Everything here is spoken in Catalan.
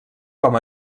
com